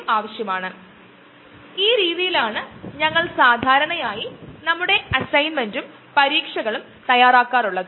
എന്റെ ചില ജോലികൾ ഡോക്ടറൽ ജോലി ഒരു ബയോ റിയാക്ടറിലെ മോണോക്ലോണൽ ആന്റിബോഡി ഉൽപാദനവുമായി ബന്ധപ്പെട്ടതാണ്